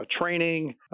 training